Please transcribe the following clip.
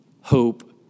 hope